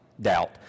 doubt